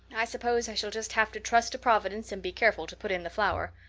i suppose i shall just have to trust to providence and be careful to put in the flour.